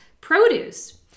produce